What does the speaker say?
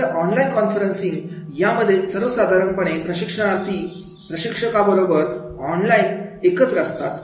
नंतर online conferencing यामध्ये सर्वसाधारणपणे प्रशिक्षणार्थी प्रशिक्षका बरोबर ऑनलाईन एकत्र असतात